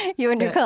you and your